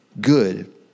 good